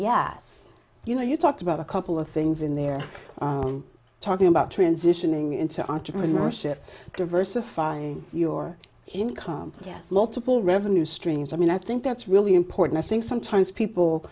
yeah you know you talked about a couple of things in there talking about transitioning into entrepreneurship diversifying your income low to pull revenue streams i mean i think that's really important i think sometimes people